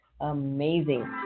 amazing